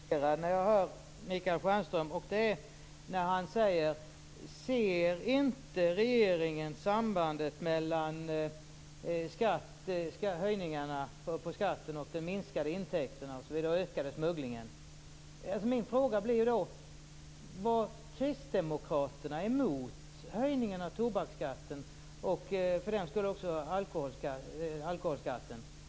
Fru talman! Jag blev bara litet konfunderad när jag hörde Michael Stjernström undra om inte regeringen ser sambandet mellan höjningarna av skatten, de minskade intäkterna och den ökade smugglingen. Min fråga blir då: Var kristdemokraterna emot höjningen av tobaksskatten och för den delen också alkoholskatten?